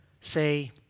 say